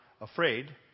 afraid